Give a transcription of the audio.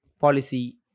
policy